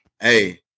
hey